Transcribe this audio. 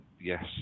yes